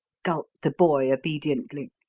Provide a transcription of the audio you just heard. gulped the boy obediently.